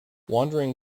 wandering